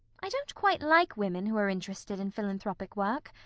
i don't quite like women who are interested in philanthropic work.